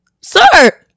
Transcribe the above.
sir